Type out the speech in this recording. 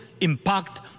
impact